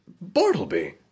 Bartleby